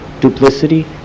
duplicity